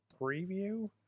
preview